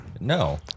No